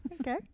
okay